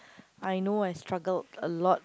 I know I struggled a lot